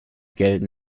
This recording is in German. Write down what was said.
gelten